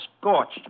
scorched